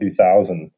2000